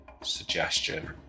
suggestion